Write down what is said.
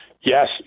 Yes